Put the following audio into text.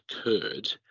occurred